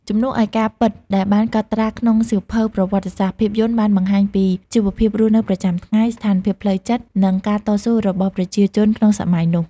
ជំនួសឲ្យការពិតដែលបានកត់ត្រាក្នុងសៀវភៅប្រវត្តិសាស្ត្រ ភាពយន្តបានបង្ហាញពីជីវភាពរស់នៅប្រចាំថ្ងៃ ស្ថានភាពផ្លូវចិត្ត និងការតស៊ូរបស់ប្រជាជនក្នុងសម័យនោះ។